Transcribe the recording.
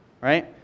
Right